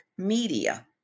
Media